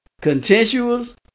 contentious